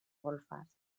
golfes